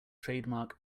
trademark